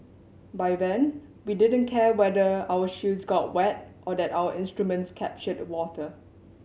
by then we didn't care whether our shoes got wet or that our instruments captured water